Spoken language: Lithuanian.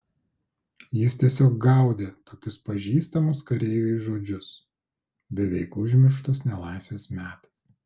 jis tiesiog gaudė tokius pažįstamus kareiviui žodžius beveik užmirštus nelaisvės metais